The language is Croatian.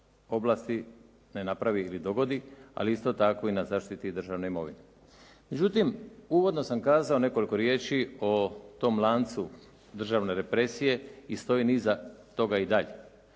oblasti ne napravi ili dogodi, a isto tako i na zaštiti državne imovine. Međutim uvodno sam kazao nekoliko riječi o tom lancu državne represije i stojim iza toga i dalje.